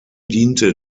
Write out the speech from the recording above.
diente